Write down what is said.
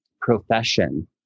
profession